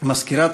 מזכירת